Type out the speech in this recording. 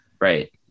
Right